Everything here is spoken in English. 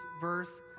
verse